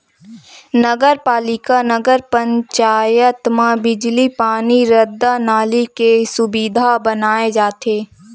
नगर पालिका, नगर पंचायत म बिजली, पानी, रद्दा, नाली के सुबिधा बनाए जाथे